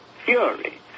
fury